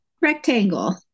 rectangle